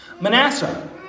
Manasseh